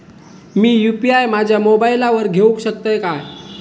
मी UPI माझ्या मोबाईलावर घेवक शकतय काय?